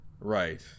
right